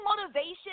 motivation